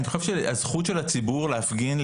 הזכות של הציבור להפגין,